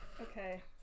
Okay